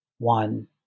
One